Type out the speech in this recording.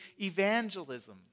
evangelism